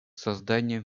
созданием